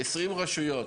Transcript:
20 רשויות